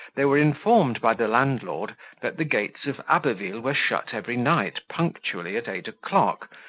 they were informed by the landlord that the gates of abbeville were shut every night punctually at eight o'clock,